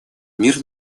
мир